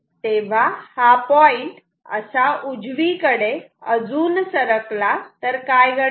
तेव्हा हा पॉईंट असा उजवीकडे अजून सरकला तर काय घडेल